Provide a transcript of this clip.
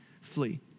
Flee